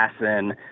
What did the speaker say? assassin